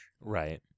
Right